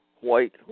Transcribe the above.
white